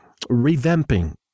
revamping